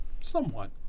Somewhat